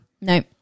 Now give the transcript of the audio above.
No